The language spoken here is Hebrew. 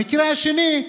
במקרה השני,